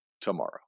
tomorrow